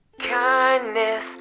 Kindness